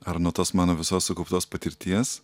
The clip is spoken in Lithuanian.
ar nuo tos mano visos sukauptos patirties